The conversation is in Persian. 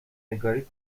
نگاری